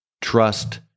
trust